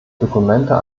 dokumente